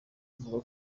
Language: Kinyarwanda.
avuga